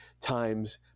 times